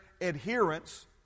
adherence